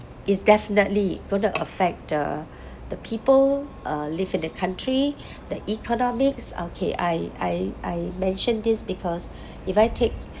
it's definitely gonna affect the the people uh live in the country the economics okay I I I mention this because if I take